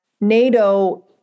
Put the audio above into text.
NATO